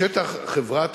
בשטח חברת